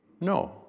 no